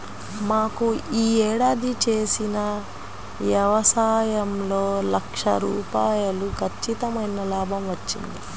మాకు యీ ఏడాది చేసిన యవసాయంలో లక్ష రూపాయలు ఖచ్చితమైన లాభం వచ్చింది